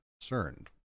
concerned